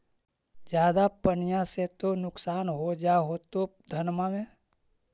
ज्यादा पनिया से तो नुक्सान हो जा होतो धनमा में?